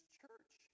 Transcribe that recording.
church